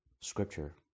Scripture